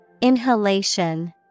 Inhalation